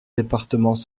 départements